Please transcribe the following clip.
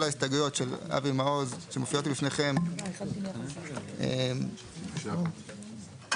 אפשר להצביע על כל ההסתייגויות של אבי מעוז שמופיעות בפניכם במקשה אחת.